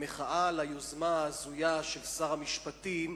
במחאה על היוזמה ההזויה של שר המשפטים